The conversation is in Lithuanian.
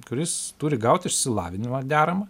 kuris turi gaut išsilavinimą deramą